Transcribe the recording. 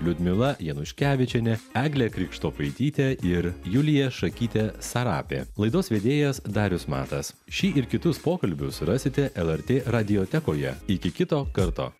liudmila januškevičienė eglė krikštopaitytė ir julija šakytė sarapė laidos vedėjas darius matas šį ir kitus pokalbius rasite lrt radiotekoje iki kito karto